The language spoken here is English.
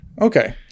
Okay